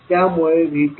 त्यामुळे V22